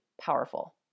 powerful